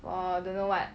for don't know what